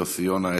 יוסי יונה.